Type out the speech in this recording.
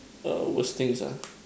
err worst things ah